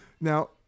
Now